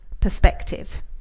perspective